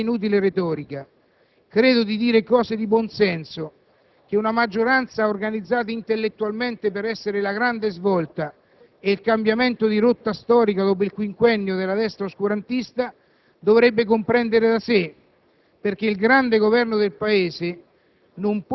Non credo di fare alcuna gratuita polemica, né inutile retorica. Credo di dire cose di buonsenso che una maggioranza organizzata intellettualmente per essere la grande svolta e il cambiamento di rotta storico dopo il quinquennio della destra oscurantista dovrebbe comprendere da sé,